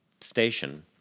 station